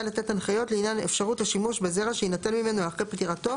לתת הנחיות לעניין אפשרות השימוש בזרע שיינתן ממנו אחרי פטירתו,